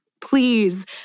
please